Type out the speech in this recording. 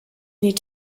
need